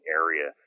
area